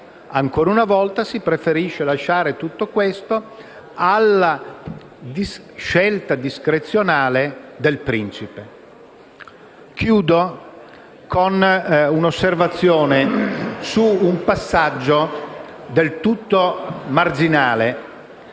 Ancora una volta, si preferisce lasciare tutto questo alla scelta discrezionale del principe. Concludo con un'osservazione su un passaggio del tutto marginale,